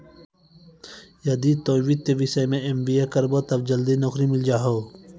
यदि तोय वित्तीय विषय मे एम.बी.ए करभो तब जल्दी नैकरी मिल जाहो